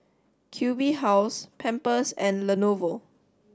Q B House Pampers and Lenovo